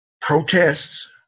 protests